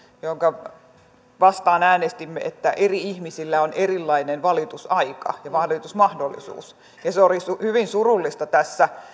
mitä vastaan äänestimme että eri ihmisillä on erilainen valitusaika ja valitusmahdollisuus se oli tässä salissa hyvin surullista voidaan erotella